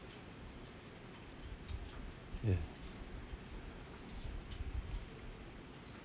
ya